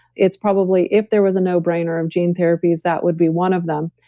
it's probably if there was a no-brainer of gene therapies, that would be one of them.